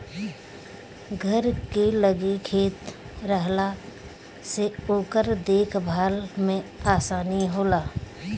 घर के लगे खेत रहला से ओकर देख भाल में आसानी होला